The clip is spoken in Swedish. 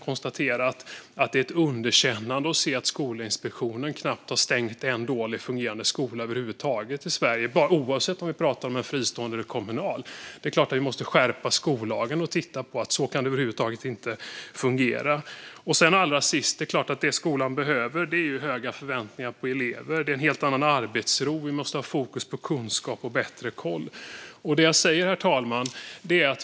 Det är illa att Skolinspektionen knappt har stängt en enda dåligt fungerande skola i Sverige, oavsett om vi pratar om fristående eller kommunala skolor. Skollagen måste skärpas, för så kan det inte fungera. Det skolan behöver är höga förväntningar på eleverna, arbetsro, fokus på kunskap och bättre koll. Herr talman!